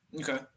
okay